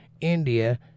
India